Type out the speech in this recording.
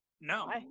no